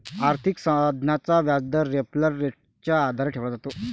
आर्थिक साधनाचा व्याजदर रेफरल रेटच्या आधारे ठरवला जातो